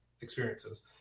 experiences